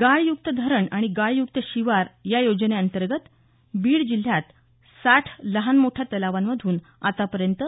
गाळयुक्त धरण आणि गाळयुक्त शिवार या योजनेअंतर्गत बीड जिल्ह्यात साठ लहान मोठ्या तलावांमधून आतापर्यंत